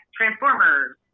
Transformers